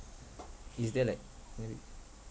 is there like maybe